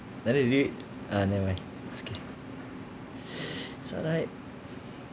ah never mind it's okay it's alright